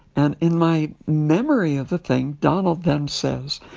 and in my memory of the thing, donald then says,